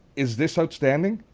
is this outstanding?